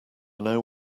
know